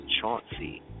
Chauncey